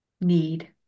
need